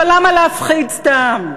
אבל למה להפחיד סתם?